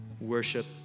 worship